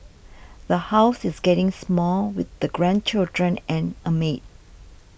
the house is getting small with the grandchildren and a maid